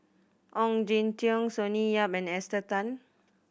Ong Jin Teong Sonny Yap and Esther Tan